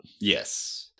yes